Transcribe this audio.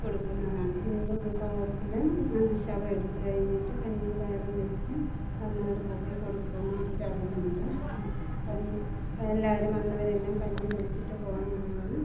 കൊടുക്കുന്നതാണ് ഹിന്ദു വിഭാഗത്തിൽ ശവം എടുത്ത് കഴിഞ്ഞിട്ട് കഞ്ഞിയും പയറും വെച്ച് വന്നവർക്കൊക്കെ കൊടുക്കുന്ന ഒരു ചടങ്ങുണ്ട് എല്ലാവരും വന്നവരെല്ലാവരും കഞ്ഞി കുടിച്ചിട്ട് പോകണം എന്നാണ്